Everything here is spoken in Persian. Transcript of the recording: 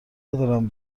ندارم